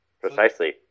Precisely